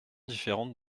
différente